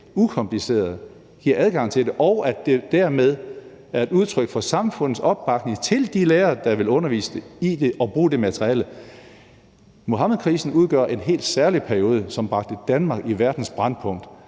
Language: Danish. ukompliceret adgang til det, og dermed giver vi udtryk for samfundets opbakning til de lærere, der vil undervise i det og bruge det materiale. Muhammedkrisen udgør en helt særlig periode, som bragte Danmark ind i verdens brændpunkt,